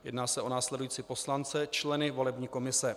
Jedná se o následující poslance, členy volební komise.